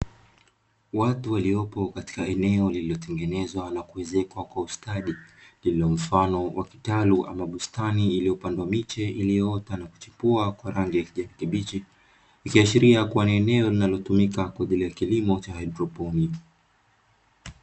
Watu waliopo katika eneo lililotengenezwa na kuezekwa kwa ustadi lililo mfano wa kitalu ama bustani, iliyopandwa miche iliyoota na kuchipua kwa rangi ya kijani kibichi, ikiashiria kuwa ni eneo linalotumika kwa ajili ya kilimo cha haidroponi.